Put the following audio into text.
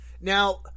now